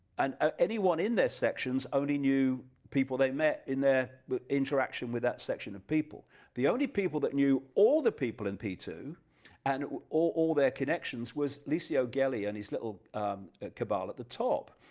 and ah anyone in their section's only knew people they met in their but interaction with that section of people the only people that knew all the people in p two and all their connections was licio guelli and his little cabal at the top,